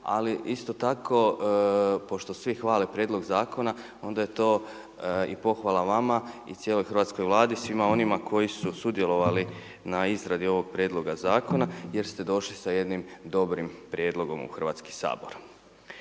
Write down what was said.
ali isto tako pošto svi hvale prijedlog Zakona, onda je to i pohvala vama i cijeloj hrvatskoj Vladi, svima onima koji su sudjelovali na izradi ovog Prijedloga Zakona jer ste došli sa jednim dobrim prijedlogom u Hrvatski sabor.